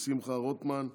שמחה רוטמן,